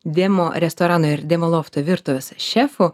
demo restorano ir demo lofto virtuvės šefu